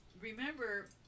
remember